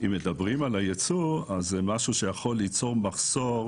אם מדברים על הייצוא זה משהו שיכול ליצור מחסור